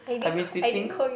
I've been sitting